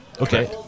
Okay